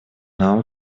нам